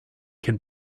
can